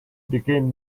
became